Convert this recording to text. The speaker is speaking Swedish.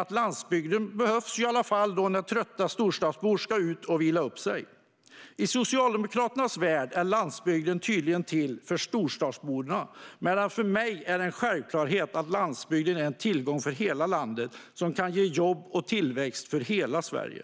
att landsbygden behövs när trötta storstadsbor ska ut och vila upp sig. I Socialdemokraternas värld är landsbygden tydligen till för storstadsborna. För mig är det en självklarhet att landsbygden är en tillgång för hela landet som kan ge jobb och tillväxt för hela Sverige.